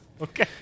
Okay